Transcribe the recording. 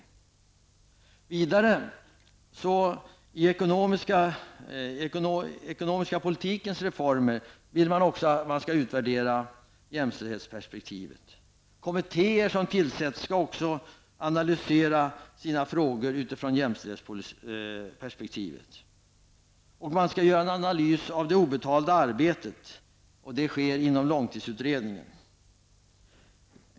Även när det gäller reformerna på den ekonomiska politikens område vill man få jämställdheten utvärderad. Kommittéer som tillsätts skall också analysera sina frågor med utgångspunkt i jämställdhetsperspektivet. Det skall också göras en analys av det obetalda arbetet, vilket kommer att ske inom långtidsutredningen.